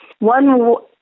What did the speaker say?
one